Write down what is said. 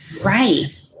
right